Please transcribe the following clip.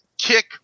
kick